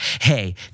hey